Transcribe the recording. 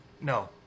No